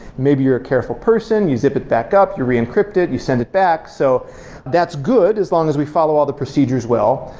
maybe you're a careful person, you zip it back up, you re-encrypt it, you send it back, so that's good as long as we follow all the procedures well.